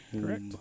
Correct